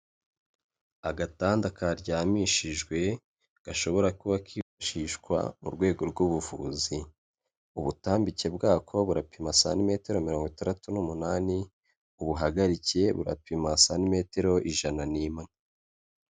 Agatanda karyamishijwe gashobora kuba kifashishwa mu rwego rw'ubuvuzi, ubutambike bwako burapima santimetero mirongo itandatu n'umunani, ubuhagarike burapima santimetero ijana n'imwe.